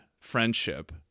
friendship